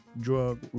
drug